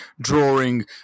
drawing